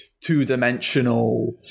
two-dimensional